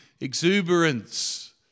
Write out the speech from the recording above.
Exuberance